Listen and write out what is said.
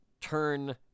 turn